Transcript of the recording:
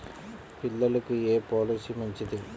పిల్లలకు ఏ పొలసీ మంచిది?